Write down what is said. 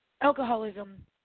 Alcoholism